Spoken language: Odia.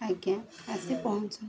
ଆଜ୍ଞା ଆସିି ପହଞ୍ଚନ୍ତୁ